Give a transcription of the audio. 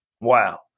Wow